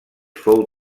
fou